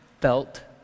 felt